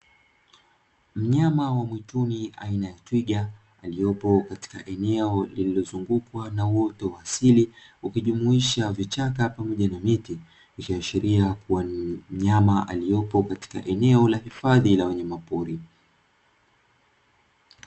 Mnyama wa mwituni aina ya twiga aliopo katika eneo lililozungukwa na wote wa asili ukijumuisha vichaka pamoja na miti, akiashiria kuwa ni mnyama aliyopo katika eneo la hifadhi la wanyamapori.